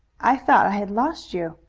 i thought i had lost you,